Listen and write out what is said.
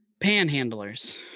panhandlers